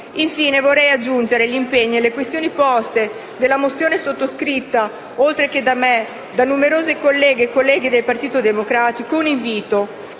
Infine vorrei aggiungere, agli impegni e alle questioni poste nella mozione sottoscritta, oltre che da me, da numerose colleghe e colleghi del Partito Democratico, l'invito